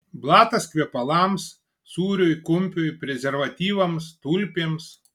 blatas kvepalams sūriui kumpiui prezervatyvams tulpėms